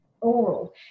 oral